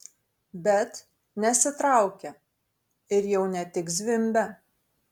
bet nesitraukia ir jau ne tik zvimbia